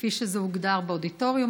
כפי שזה הוגדר באודיטוריום.